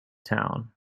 town